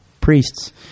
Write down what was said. priests